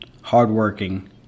hardworking